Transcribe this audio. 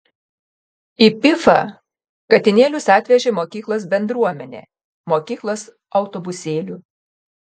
į pifą katinėlius atvežė mokyklos bendruomenė mokyklos autobusėliu